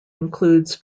includes